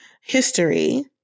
history